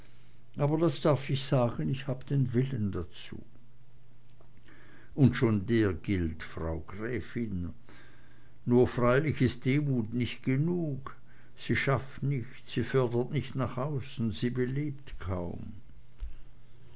aber das darf ich sagen ich habe den willen dazu und schon der gilt frau gräfin nur freilich ist demut nicht genug sie schafft nicht sie fördert nicht nach außen sie belebt kaum